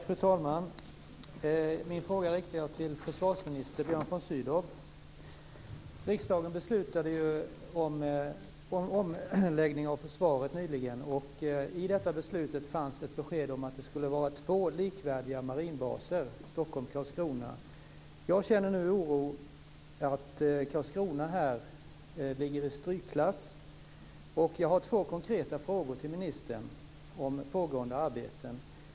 Fru talman! Min fråga riktar jag till försvarsminister Björn von Sydow. Riksdagen beslutade om en omläggning av försvaret nyligen. I det beslutet fanns ett besked om att det skulle vara två likvärdiga marinbaser - i Stockholm och i Karlskrona. Jag känner oro för att Karlskrona ligger i strykklass. Jag har två konkreta frågor till ministern om pågående arbeten.